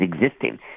existing